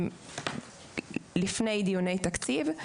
לפני דיוני תקציב,